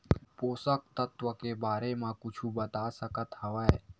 पोषक तत्व के बारे मा कुछु बता सकत हवय?